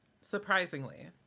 Surprisingly